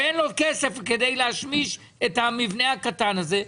שאין לו כסף כדי להשמיש את המבנה הקטן הזה,